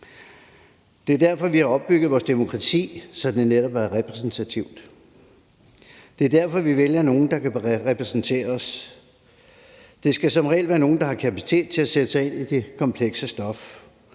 Det er derfor, vi har opbygget vores demokrati, så det netop er repræsentativt. Det er derfor, vi vælger nogle, der kan repræsentere os. Det skal som regel være nogle, der har kapacitet til at sætte sig ind i det komplekse stof